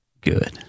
Good